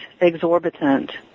exorbitant